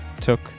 took